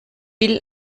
will